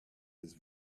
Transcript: his